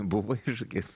buvo iššūkis